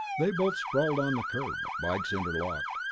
they both sprawled on the curb, bikes interlocked.